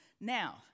Now